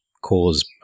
cause